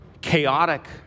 chaotic